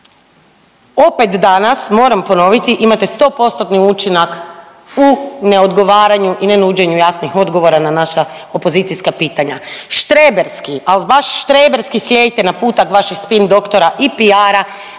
opet danas moram ponoviti imate 100 postotni učinak u ne odgovaranju i ne nuđenju jasnih odgovora na naša opozicijska pitanja. Štreberski ali baš štreberski slijedite naputak vaših spin doktora i PR-a,